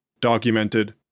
documented